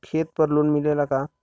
खेत पर लोन मिलेला का?